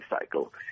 cycle